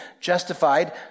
justified